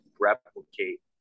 replicate